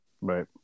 Right